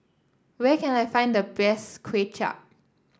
where can I find the best Kuay Chap